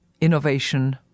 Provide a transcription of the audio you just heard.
innovation